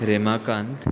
Ramakant